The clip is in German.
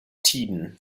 tiden